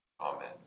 amen